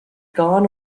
gone